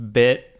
bit